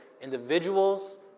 individuals